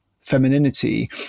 femininity